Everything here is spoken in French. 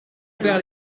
faire